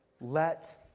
Let